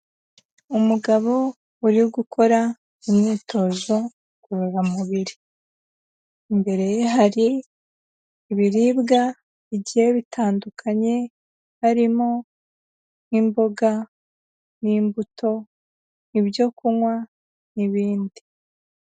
Umugabo uri gukora imyitozo ngoramubiri, imbere ye hari ibiribwa bigiye bitandukanye, harimo nk'imboga n'imbuto, ibyo kunkwa n'ibindi.